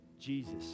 Jesus